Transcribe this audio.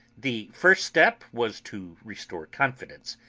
the first step was to restore confidence,